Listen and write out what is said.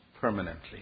permanently